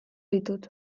ditut